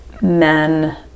men